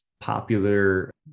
popular